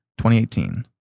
2018